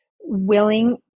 willing